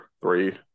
three